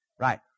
right